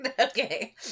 Okay